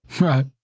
Right